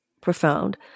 profound